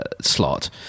slot